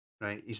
right